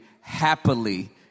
happily